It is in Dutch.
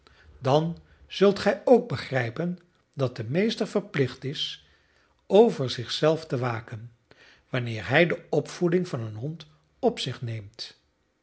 dan zult gij ook begrijpen dat de meester verplicht is over zich zelf te waken wanneer hij de opvoeding van een hond op zich neemt